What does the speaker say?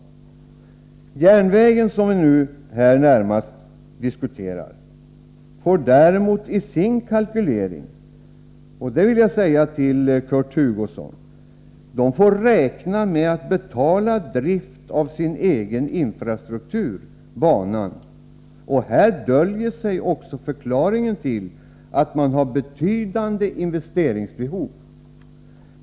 Järnvägen, som vi nu närmast diskuterar, får däremot i sin kalkylering — det vill jag säga till Kurt Hugosson — räkna med att betala drift av sin egen infrastruktur, banan. Här döljer sig förklaringen till att SJ har betydande investeringsbehov.